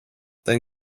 then